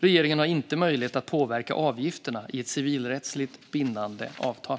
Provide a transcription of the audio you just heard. Regeringen har inte möjlighet att påverka avgifterna i ett civilrättsligt bindande avtal.